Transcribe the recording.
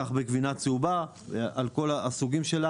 כך בגבינה צהובה על כל סוגיה.